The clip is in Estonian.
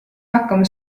hakkama